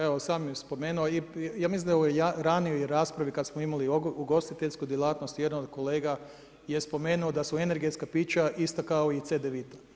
Evo sam je spomenuo, ja mislim da je u ranijoj raspravi kada smo imali ugostiteljsku djelatnost jedan od kolega je spomenuo da su energetska pića ista kao i Cedevita.